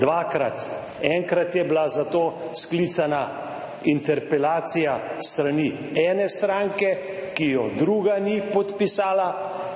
dvakrat – enkrat je bila za to sklicana interpelacija s strani ene stranke, ki je druga ni podpisala,